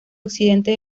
occidente